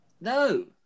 No